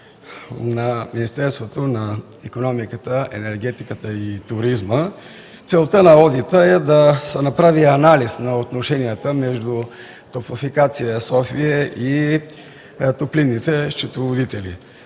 на Министерството на икономиката, енергетиката и туризма. Целта на одита е да се направи анализ на отношенията между „Топлофикация – София” и топлинните счетоводители.